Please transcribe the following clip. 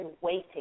waiting